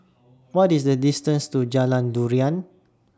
What IS The distance to Jalan Durian